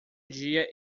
dia